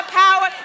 power